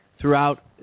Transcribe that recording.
throughout